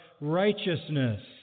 righteousness